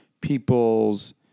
people's